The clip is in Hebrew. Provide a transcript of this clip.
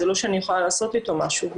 זה לא שאני יכולה לעשות איתו משהו,